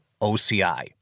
OCI